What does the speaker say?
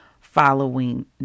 following